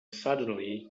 suddenly